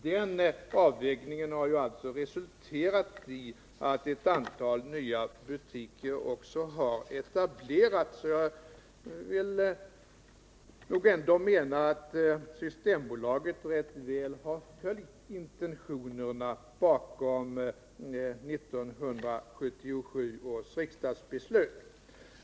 Den avvägningen har ju resulterat i att ett antal nya butiker har etablerats. Jag anser nog att Systembolaget rätt väl har följt intentionerna bakom 1977 års riksdagsbeslut.